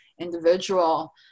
individual